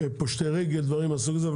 פושטי רגל, דברים מן הסוג הזה.